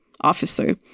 officer